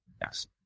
Yes